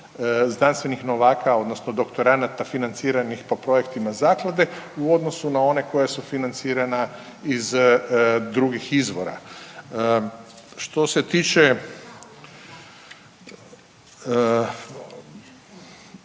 znanstvenih novaka odnosno doktoranata financiranih po projektima zaklade u odnosu na one koja su financirana iz drugih izvora. Što se tiče,